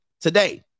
today